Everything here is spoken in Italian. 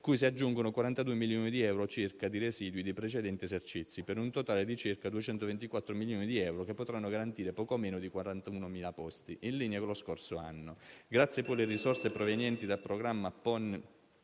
cui si aggiungono 42 milioni di euro circa di residui dei precedenti esercizi, per un totale di circa 224 milioni di euro che potranno garantire poco meno di 41.000 posti, in linea con lo scorso anno. Grazie poi alle risorse provenienti dal Programma PON-IOG